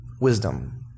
wisdom